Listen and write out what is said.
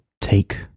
Take